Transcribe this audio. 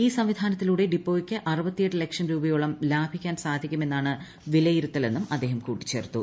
ഈ സംവിധാനത്തിലൂടെ ഡിപ്പോയ്ക്ക് ്ട് െലക്ഷം രൂപയോളം ലാഭിക്കാൻ സാധിക്കുമെന്നാണ് വ്വില്യ്യിരുത്തലെന്നും അദ്ദേഹം കൂട്ടിച്ചേർത്തു